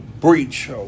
breach